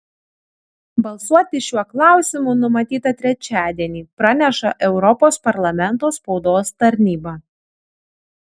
balsuoti šiuo klausimu numatyta trečiadienį praneša europos parlamento spaudos tarnyba